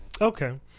okay